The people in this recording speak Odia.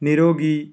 ନିରୋଗୀ